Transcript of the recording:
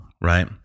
right